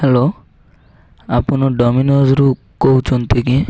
hello ଆପଣ ଡମିନୋଜ୍ରୁ କହୁଛନ୍ତି କି